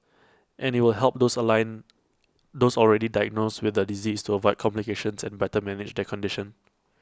and IT will help those already diagnosed with the disease to avoid complications and better manage their condition